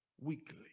weekly